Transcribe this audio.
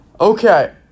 Okay